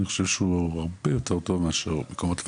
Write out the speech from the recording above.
אני חושב שהוא הרבה יותר טוב מאשר מקומות,